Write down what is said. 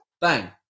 Bang